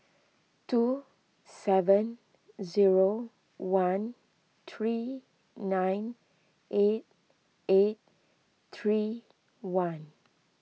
two seven zero one three nine eight eight three one